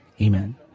Amen